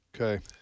Okay